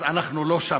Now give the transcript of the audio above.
אז אנחנו לא שם,